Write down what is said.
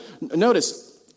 Notice